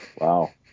Wow